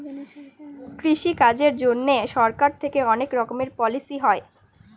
কৃষি কাজের জন্যে সরকার থেকে অনেক রকমের পলিসি হয়